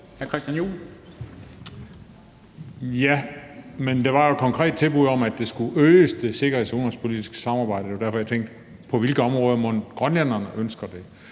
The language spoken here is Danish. Ja, men der var jo et konkret tilbud om, at det sikkerheds- og udenrigspolitiske samarbejde skulle øges. Det var derfor, jeg tænkte på, på hvilke områder grønlænderne mon ønsker det.